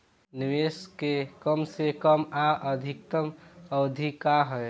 निवेश के कम से कम आ अधिकतम अवधि का है?